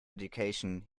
education